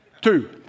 Two